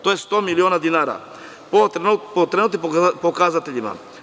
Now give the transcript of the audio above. To je 100.000.000 dinara, po trenutnim pokazateljima.